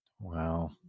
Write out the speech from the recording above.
Wow